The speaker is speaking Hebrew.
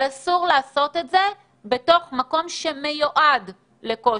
אבל אסור לעשות את זה בתוך מקום שמיועד לכושר.